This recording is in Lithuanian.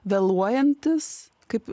vėluojantis kaip